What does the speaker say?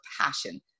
passion